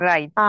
Right